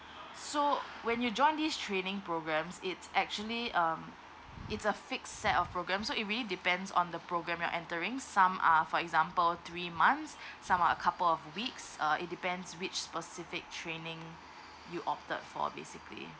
so when you join these training programs it's actually um it's a fixed set of program so it really depends on the program you're entering some are for example three months some are couple of weeks uh it depends which specific training you opted for basically